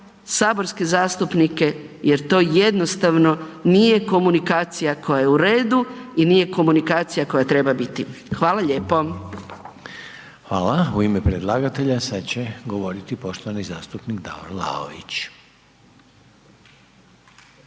saborske zastupnike jer to jednostavno nije komunikacija koja je u redu i nije komunikacija koja treba biti. Hvala lijepo. **Reiner, Željko (HDZ)** Hvala. U ime predlagatelja sada će govoriti poštovani zastupnik Davor Vlaović.